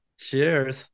Cheers